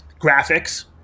graphics